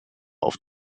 auf